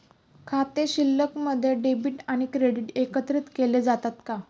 खाते शिल्लकमध्ये डेबिट आणि क्रेडिट एकत्रित केले जातात का?